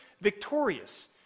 victorious